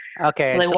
Okay